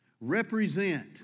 Represent